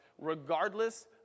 regardless